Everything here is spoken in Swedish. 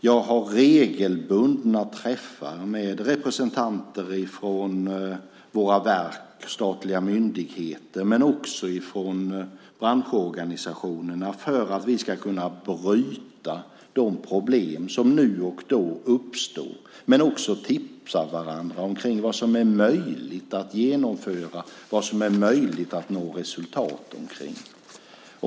Jag har regelbundna träffar med representanter från våra verk och statliga myndigheter och även från branschorganisationerna för att vi ska kunna bryta de problem som nu och då uppstår, men också för att tipsa varandra om vad som är möjligt att genomföra och nå resultat kring.